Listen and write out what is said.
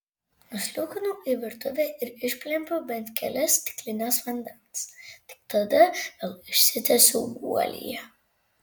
nusliūkinau į virtuvę ir išplempiau bent kelias stiklines vandens tik tada vėl išsitiesiau guolyje